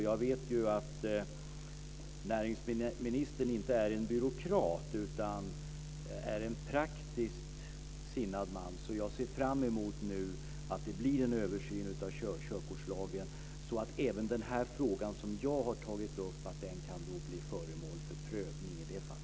Jag vet ju att näringsministern inte är en byråkrat, utan att han är praktiskt sinnad man. Så jag ser fram emot att det nu blir en översyn av körkortslagen så att även den här frågan som jag har tagit upp kan bli föremål för prövning i det fallet.